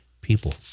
people